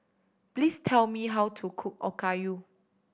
please tell me how to cook Okayu